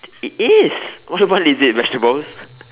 it is what vegetables